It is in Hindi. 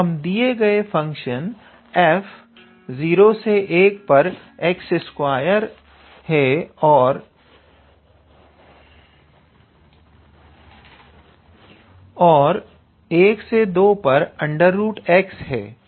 तो हमें दिया गया फंक्शन f 01 पर 𝑥2 है और 12 पर √𝑥 है